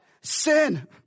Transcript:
Sin